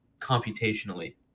computationally